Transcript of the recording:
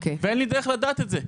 אין לי דרך לדעת את זה.